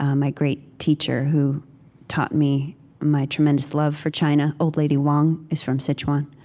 ah my great teacher, who taught me my tremendous love for china, old lady wong, is from sichuan.